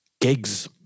gigs